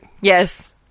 yes